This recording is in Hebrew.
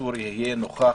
שעצור יהיה נוכח